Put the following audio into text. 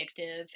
addictive